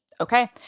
okay